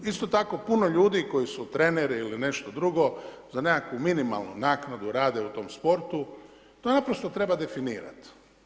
Isto tako puno ljudi, koji su treneri ili nešto drugo, za nekakvu minimalnu naknadu rade u tom sportu, to naprosto treba definirati.